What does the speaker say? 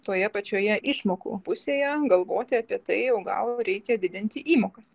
toje pačioje išmokų pusėje galvoti apie tai o gal reikia didinti įmokas